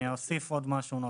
אני אוסיף משהו נוסף.